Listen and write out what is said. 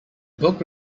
book